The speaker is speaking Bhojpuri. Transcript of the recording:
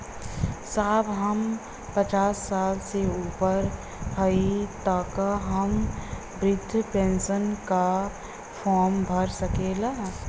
साहब हम पचास साल से ऊपर हई ताका हम बृध पेंसन का फोरम भर सकेला?